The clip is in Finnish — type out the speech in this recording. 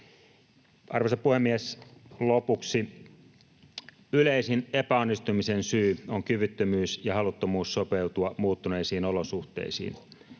Arvoisa puhemies! Lopuksi: Yleisin epäonnistumisen syy on kyvyttömyys ja haluttomuus sopeutua muuttuneisiin olosuhteisiin.